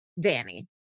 Danny